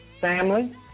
Family